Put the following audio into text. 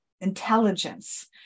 intelligence